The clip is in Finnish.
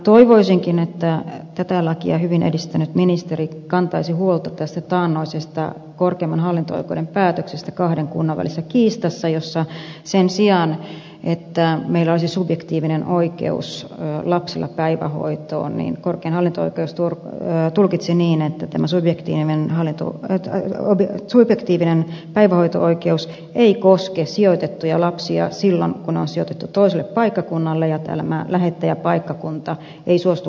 toivoisinkin että tätä lakia hyvin edistänyt ministeri kantaisi huolta tästä taannoisesta korkeimman hallinto oikeuden päätöksestä kahden kunnan välisessä kiistassa jossa sen sijaan vaikka meillä lapsella on subjektiivinen oikeus päivähoitoon niin korkein hallinto oikeus tulkitsi niin että tämä subjektiivinen päivähoito oikeus ei koske sijoitettuja lapsia silloin kun ne on sijoitettu toiselle paikkakunnalle ja tämä lähettäjäpaikkakunta ei suostu maksamaan päivähoitoa